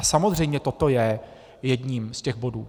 A samozřejmě toto je jedním z těch bodů.